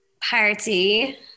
party